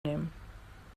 nehmen